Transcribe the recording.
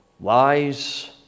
lies